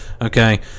Okay